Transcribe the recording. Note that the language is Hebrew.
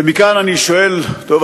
ומכאן אני שואל: טוב,